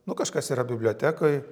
nu kažkas yra bibliotekoj